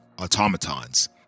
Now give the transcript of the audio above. automatons